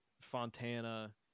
fontana